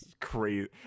crazy